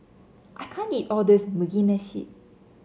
I can't eat all this Mugi Meshi